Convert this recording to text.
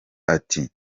ati